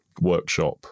workshop